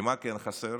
למה כן חסר?